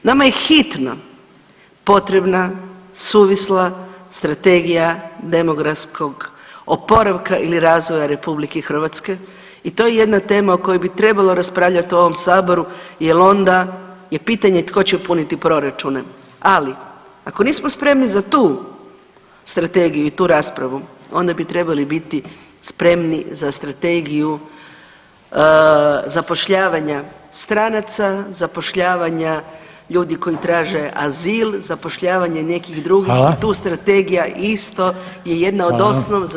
Nama je hitno potrebna suvisla strategija demografskog oporavka ili razvoja RH i to je jedna tema o kojoj bi trebalo raspravljat u ovom saboru jer onda je pitanje tko će puniti proračune, ali ako nismo spremni za tu strategiju i tu raspravu onda bi trebali biti spremni za strategiju zapošljavanja stranaca, zapošljavanja ljudi koji traže azil, zapošljavanja nekih drugih [[Upadica Reiner: Hvala.]] i tu strategija isto je jedna od osnova za